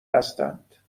بستند